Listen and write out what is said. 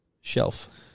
shelf